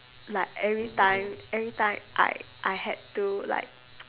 like everytime everytime I I had to like